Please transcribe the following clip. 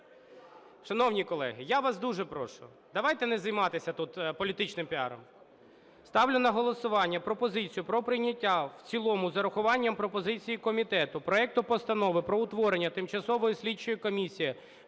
Шановні колеги, я вас дуже прошу, давайте не займатися тут політичним піаром! Ставлю на голосування пропозицію про прийняття в цілому з урахуванням пропозицій комітету проекту Постанови про утворення Тимчасової слідчої комісії